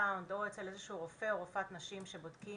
סאונד או אצל איזה רופא או רופאת נשים שבודקים